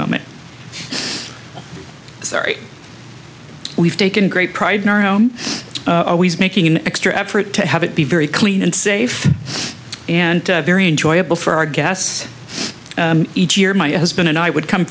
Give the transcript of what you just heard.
moment i'm sorry we've taken great pride in our room always making an extra effort to have it be very clean and safe and very enjoyable for our guests each year my husband and i would come